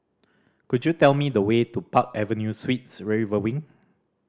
could you tell me the way to Park Avenue Suites River Wing